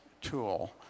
tool